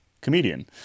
comedian